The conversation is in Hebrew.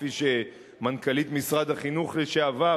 כפי שמנכ"לית משרד החינוך לשעבר